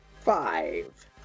Five